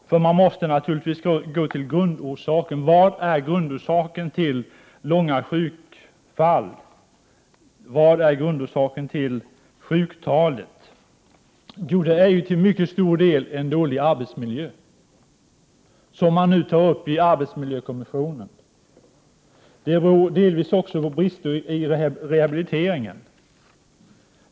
Naturligtvis måste man gå till grundorsaken: Vad är grundorsaken till långa sjukfall, vad är grundorsaken till sjuktalet? Jo, det är till mycket stor del en dålig arbetsmiljö, som man nu tar upp i arbetsmiljökommissionen. Det beror delvis också på brister i rehabiliteringen.